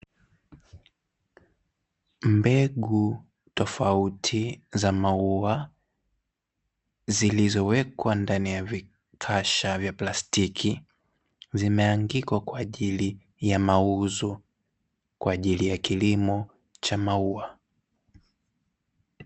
Mbegu tofauti za maua zilizowekwa ndani vikasha vya plastiki, zimeandikwa kwa ajili ya mauzo kwa ajili ya kilimo cha maua.